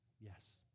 yes